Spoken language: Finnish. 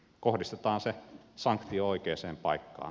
kohdistetaan se sanktio oikeaan paikkaan